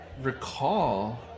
recall